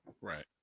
Right